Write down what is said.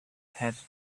had